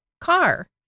car